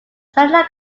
sounding